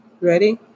Ready